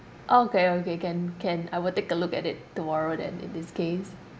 okay okay can can I will take a look at it tomorrow then in this case